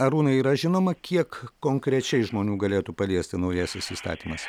arūnai yra žinoma kiek konkrečiai žmonių galėtų paliesti naujasis įstatymas